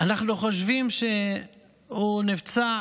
הוא נפצע,